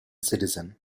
citizen